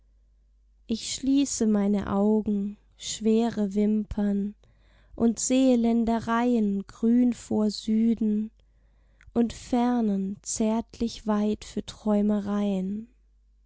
ich schließe meine augen schwere wimpern und sehe ländereien grün vor süden und fernen zärtlich weit für träumereien